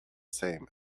same